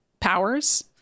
powers